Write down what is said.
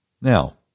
Now